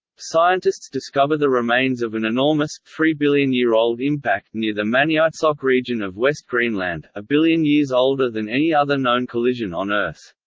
scientists discover the remains of an enormous, three billion year old impact near the maniitsoq region of west greenland, a billion years older than any other known collision on earth.